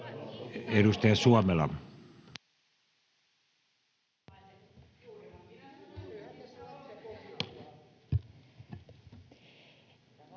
Edustaja Suomela.